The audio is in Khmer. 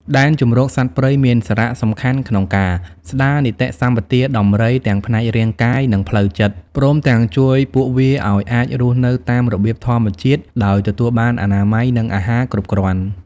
ដែនជម្រកសត្វព្រៃមានសារៈសំខាន់ក្នុងការ ស្តារនីតិសម្បទាដំរីទាំងផ្នែករាងកាយ និងផ្លូវចិត្ត ព្រមទាំងជួយពួកវាឲ្យអាចរស់នៅតាមរបៀបធម្មជាតិ ដោយទទួលបានអនាម័យ និងអាហារគ្រប់គ្រាន់។